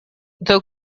though